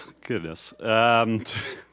Goodness